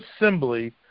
assembly